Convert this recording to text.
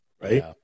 right